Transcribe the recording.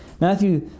Matthew